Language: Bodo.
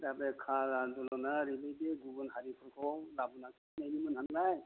दा बे का आन्दलनआ ओरैबायदि गुबुन हारिफोरखौ लाबोनानै नालाय